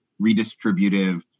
redistributive